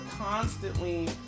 constantly